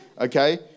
okay